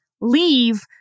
leave